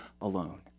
alone